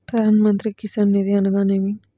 ప్రధాన మంత్రి కిసాన్ నిధి అనగా నేమి?